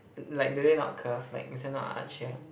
like they really not curve like this one not a arch here